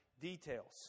details